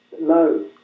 no